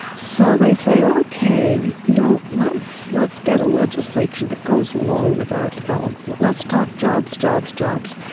ah so they say, ok, you know let's let's get a legislature that goes along with our development. let's talk jobs, jobs, jobs.